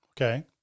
Okay